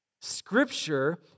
Scripture